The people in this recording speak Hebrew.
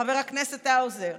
חבר הכנסת האוזר?